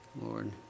Lord